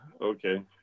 okay